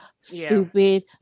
stupid